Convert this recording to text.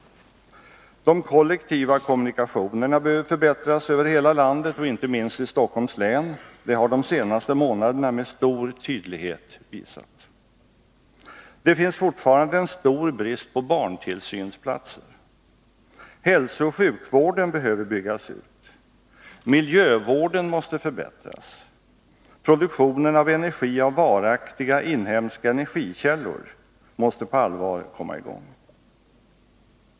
De kollektiva kommunikationerna behöver förbättras över hela landet och inte minst i Stockholms län — det har de senaste månaderna med stor tydlighet visat. Det finns fortfarande en stor brist på barntillsynsplatser. Hälsooch sjukvården behöver byggas ut. Miljövården måste förbättras. Produktionen av energi ur varaktiga inhemska energikällor måste på allvar komma i gång.